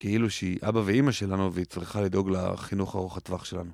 כאילו שהיא אבא ואמא שלנו והיא צריכה לדאוג לחינוך ארוך הטווח שלנו.